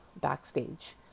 backstage